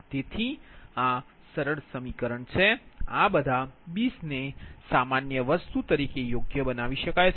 તેથી આ આ સરળ સમીકરણ છે આ બધા Bs ને સામાન્ય વસ્તુ તરીકે યોગ્ય બનાવી શકાય છે